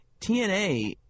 TNA